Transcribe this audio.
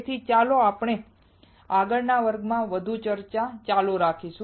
તેથી ચાલો આપણે આગળના વર્ગમાં ચર્ચા ચાલુ રાખીએ